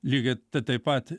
lygiai tai taip pat